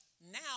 now